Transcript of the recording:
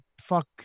fuck